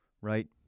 right